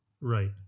Right